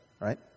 right